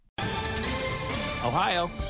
Ohio